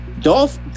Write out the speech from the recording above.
Dolph